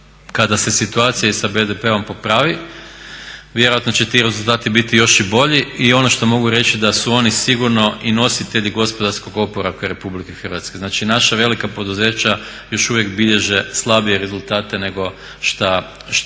kada se situacija i sa BDP-om popravi vjerojatno će ti rezultati biti još i bolji i ono što mogu reći da su oni sigurno i nositelji gospodarskog oporavka Republike Hrvatske. Znači naša velika poduzeća još uvijek bilježe slabije rezultate nego šta